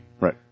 Right